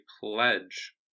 pledge